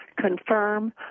confirm